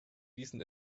diesen